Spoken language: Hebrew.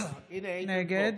נגד